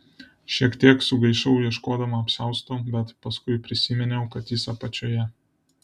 šiek tiek sugaišau ieškodama apsiausto bet paskui prisiminiau kad jis apačioje